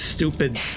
stupid